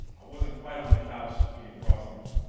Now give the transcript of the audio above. i wasn't quite on the couch eating frosting,